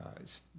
eyes